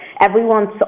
everyone's